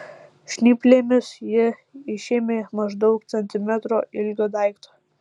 žnyplėmis ji išėmė maždaug centimetro ilgio daiktą